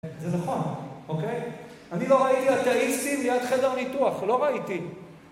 זה נכון, אוקיי? אני לא ראיתי אתאיסטים ליד חדר ניתוח, לא ראיתי.